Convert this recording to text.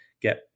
get